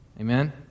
Amen